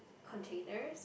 containers